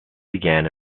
began